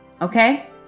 Okay